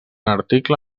article